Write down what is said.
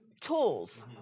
tools